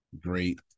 great